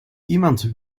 iemand